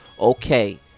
okay